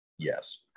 Yes